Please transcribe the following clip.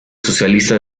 socialista